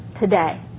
today